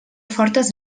fortes